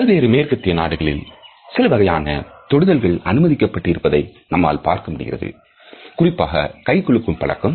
பல்வேறு மேற்கத்திய நாடுகளில் சில வகையான தொடுதல்கள் அனுமதிக்கப்பட்டு இருப்பதை நம்மால் பார்க்க முடிகிறது குறிப்பாக கை குலுக்கும் பழக்கம்